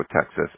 Texas